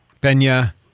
Benya